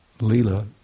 lila